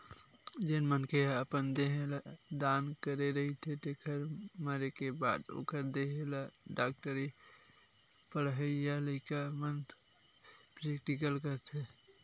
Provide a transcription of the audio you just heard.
जेन मनखे ह अपन देह ल दान करे रहिथे तेखर मरे के बाद ओखर देहे ल डॉक्टरी पड़हइया लइका मन प्रेक्टिकल करथे